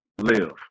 live